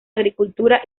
agricultura